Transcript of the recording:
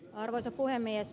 hyvät toverit